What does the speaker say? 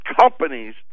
companies